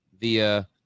via